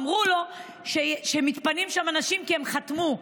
אמרו לו שמתפנים שם אנשים כי הם חתמו.